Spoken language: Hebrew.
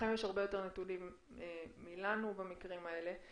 לכם יש הרבה יותר נתונים מלנו במקרים האלה.